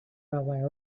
railway